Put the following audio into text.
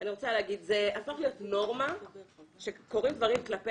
זה הפך להיות נורמה שקורים דברים כלפי